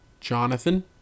Jonathan